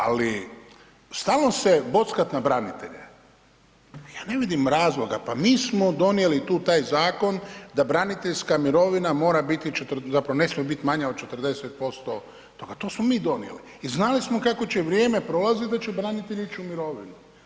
Ali, stalno se bockat na branitelje, ja ne vidim razloga, pa mi smo donijeli tu taj zakon da braniteljska mirovina mora biti 40, zapravo ne smije biti od 40%, pa to smo mi donijeli i znali smo kako će vrijeme prolaziti da će branitelji ići u mirovinu.